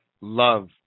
Love